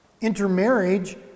intermarriage